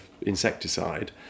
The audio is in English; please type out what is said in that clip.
insecticide